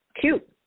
Cute